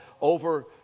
over